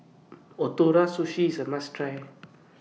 Ootoro Sushi IS A must Try